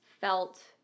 felt